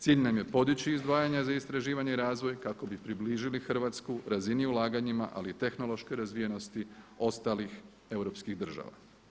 Cilj nam je podići izdvajanja za istraživanje i razvoj kako bi približili Hrvatsku razini ulaganja ali i tehnološke razvijenosti ostalih europskih država.